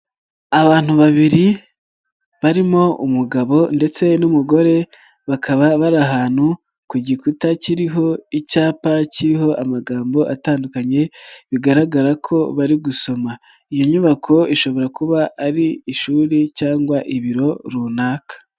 Abantu babiri barimo umugabo ndetse n'umugore, bakaba bari ahantu ku gikuta kiriho icyapa kiriho amagambo atandukanye, bigaragara ko bari gusoma, iyo nyubako ishobora kuba ari ishuri cyangwa ibiro runaka.